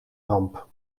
ramp